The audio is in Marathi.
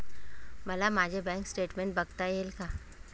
मला माझे बँक स्टेटमेन्ट बघता येईल का?